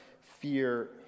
fear